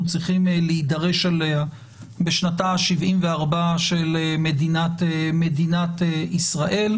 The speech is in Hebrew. צריכים להידרש אליה בשנתה ה-74 של מדינת ישראל,